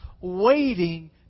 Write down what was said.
waiting